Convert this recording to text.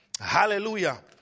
Hallelujah